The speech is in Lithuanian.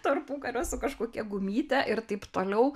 tarpukario su kažkokia gumyte ir taip toliau